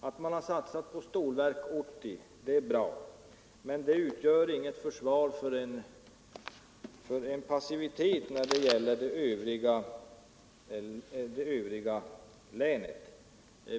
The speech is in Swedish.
Att man har satsat på Stålverk 80 är bra, men det utgör inget försvar för en passivitet när det gäller det övriga länet.